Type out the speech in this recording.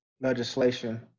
legislation